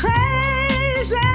Crazy